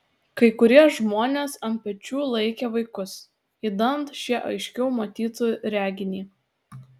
kai kurie žmonės ant pečių laikė vaikus idant šie aiškiau matytų reginį